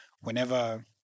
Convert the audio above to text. whenever